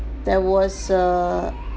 there was err